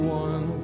one